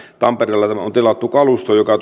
tampereelle on tilattu kalusto joka